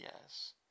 yes